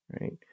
right